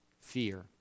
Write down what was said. Fear